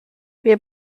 wir